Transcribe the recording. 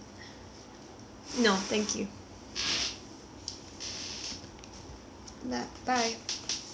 ya bye